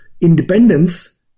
independence